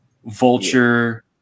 vulture